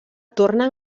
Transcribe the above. torna